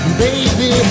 baby